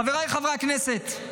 חבריי חברי הכנסת,